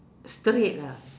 straight ah